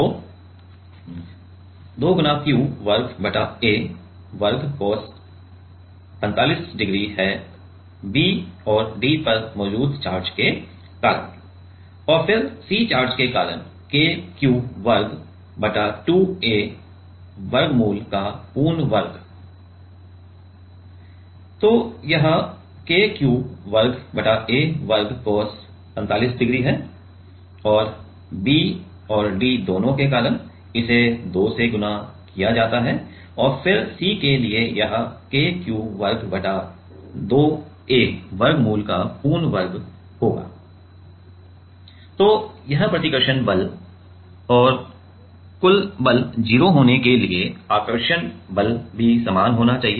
तो 2 q वर्ग बटा a वर्ग cos 45 डिग्री है B और D पर मौजूद चार्ज के कारण और फिर C चार्ज के कारण K q वर्ग बटा 2a वर्गमूल का पूर्ण वर्ग तो यह K q वर्ग बटा a वर्ग cos 45 डिग्री है और B और D दोनों के कारण इसे 2 से गुणा किया जाता है और फिर C के लिए यह K q वर्ग बटा 2a वर्गमूल का पूर्ण वर्ग होगा तो यह प्रतिकर्षण बल है और कुल बल 0 होने के लिए आकर्षक बल भी समान होना चाहिए